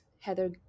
Heather